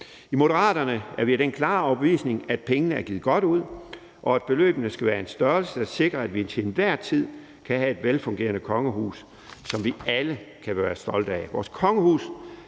I Moderaterne er vi af den klare overbevisning, at pengene er givet godt ud, og at beløbene skal være af en størrelse, der sikrer, at vi til enhver tid kan have et velfungerende kongehus, som vi alle kan være stolte af.